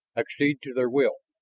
accede to their will.